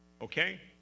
Okay